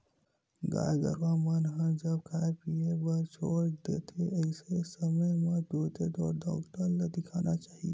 गाय गरुवा मन ह जब खाय पीए बर छोड़ देथे अइसन समे म तुरते ढ़ोर डॉक्टर ल देखाना चाही